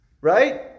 Right